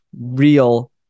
real